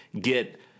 get